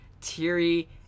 teary